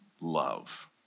love